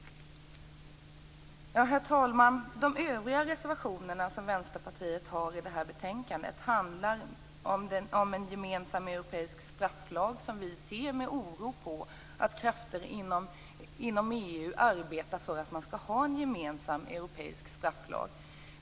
Herr talman! De övriga reservationer som Vänsterpartiet fogat till detta betänkande handlar bl.a. om en gemensam europeisk strafflag. Vi ser med oro på att krafter inom EU arbetar för en gemensam europeisk strafflag.